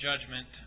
judgment